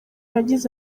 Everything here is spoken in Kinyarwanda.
yagize